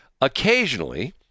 occasionally